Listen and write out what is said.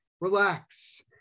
Relax